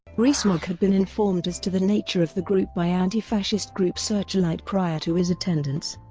rees-mogg had been informed as to the nature of the group by anti-fascist group searchlight prior to is attendance.